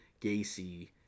Gacy